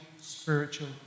spiritual